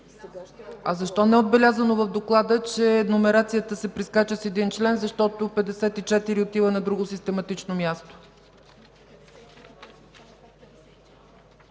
Защо не е отбелязано в Доклада, че номерацията се прескача с един член, защото чл. 54 отива на друго систематично място?